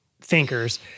thinkers